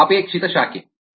ಇದು ಅಪೇಕ್ಷಿತ ಶಾಖೆ